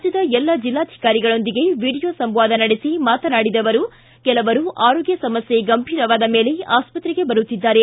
ರಾಜ್ಯದ ಎಲ್ಲ ಜಿಲ್ಲಾಧಿಕಾರಿಗಳೊಂದಿಗೆ ವಿಡೀಯೊ ಸಂವಾದ ನಡೆಸಿ ಮಾತನಾಡಿದ ಅವರು ಕೆಲವರು ಆರೋಗ್ಯ ಸಮಸ್ಥೆ ಗಂಭೀರವಾದ ಮೇಲೆ ಆಸ್ತತ್ರೆಗೆ ಬರುತ್ತಿದ್ದಾರೆ